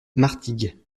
martigues